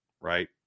right